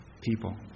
people